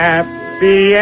Happy